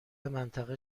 منطقه